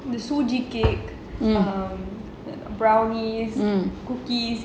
the suger cake um brownies cookies